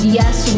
yes